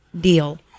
deal